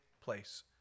place